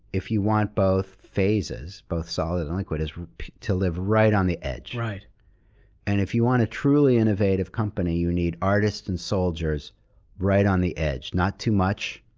if you want both phases, both solid and liquid, is to live right on the edge. and if you want a truly innovative company, you need artist and soldiers right on the edge. not too much,